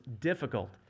difficult